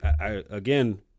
Again